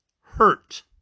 Hurt